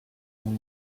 and